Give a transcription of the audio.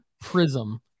Prism